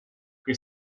che